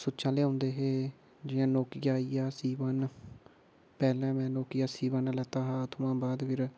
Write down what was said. सुच्चां आह्ले होंदे हे जि'यां नोकिया होइया सी वन पैह्लें में नोकिया सी वन लैता हा उ'त्थुआं बाद फिर